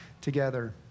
together